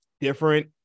different